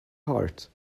heart